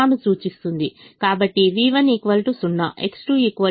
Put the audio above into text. కాబట్టి v1 0